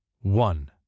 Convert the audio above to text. one